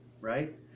right